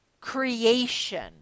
creation